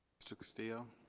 mr. castillo